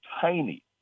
tiny